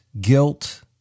guilt